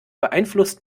beeinflusst